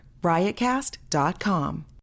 riotcast.com